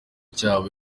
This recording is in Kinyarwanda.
cyayo